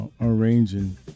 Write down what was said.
arranging